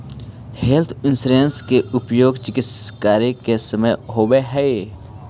health insurance के उपयोग चिकित्स कार्य के समय होवऽ हई